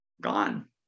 gone